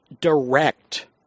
direct